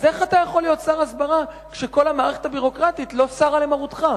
אז איך אתה יכול להיות שר הסברה כשכל המערכת הביורוקרטית לא סרה למרותך?